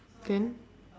then